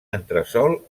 entresòl